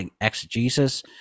exegesis